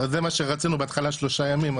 זה מה שרצינו בהתחלה שלושה ימים,